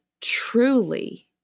truly